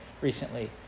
recently